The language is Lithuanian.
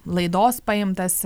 laidos paimtas